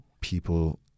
people